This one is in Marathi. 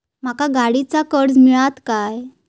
माका गाडीचा कर्ज मिळात काय?